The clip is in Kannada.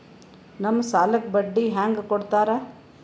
ನಮ್ ಸಾಲಕ್ ಬಡ್ಡಿ ಹ್ಯಾಂಗ ಕೊಡ್ತಾರ?